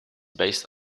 based